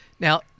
Now